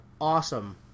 awesome